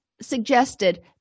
suggested